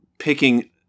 picking